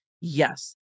Yes